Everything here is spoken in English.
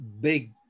big